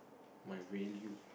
my value